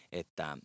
että